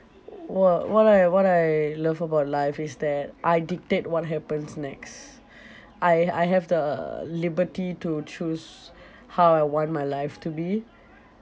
wha~ what I what I love about life is that I dictate what happens next I I have the liberty to choose how I want my life to be